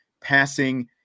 passing